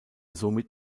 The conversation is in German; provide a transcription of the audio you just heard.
somit